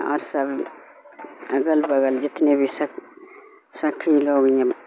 اور سب اگل بغل جتنے بھی سکھی لوگ یہ